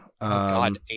God